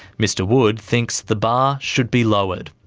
mr wood thinks the bar should be lowered.